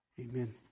Amen